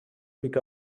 pick